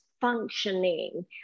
functioning